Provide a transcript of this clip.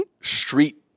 Street